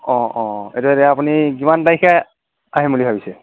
অঁ অঁ এইটো এতিয়া আপুনি কিমান তাৰিখে আহিম বুলি ভাবিছে